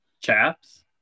chaps